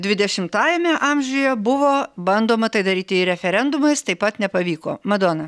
dvidešimtajame amžiuje buvo bandoma tai daryti ir referendumais taip pat nepavyko madona